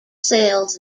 cells